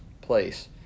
place